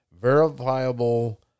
verifiable